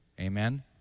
amen